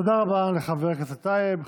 תודה רבה לחבר הכנסת טייב.